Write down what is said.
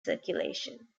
circulation